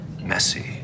messy